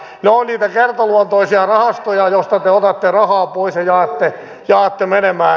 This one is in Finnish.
ne ovat niitä kertaluontoisia rahastoja joista te otatte rahaa pois ja jaatte menemään